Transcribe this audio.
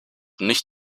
nicht